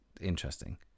interesting